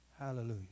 Hallelujah